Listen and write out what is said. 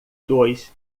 dois